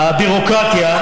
הביורוקרטיה,